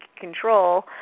control